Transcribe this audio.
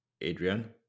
Adrian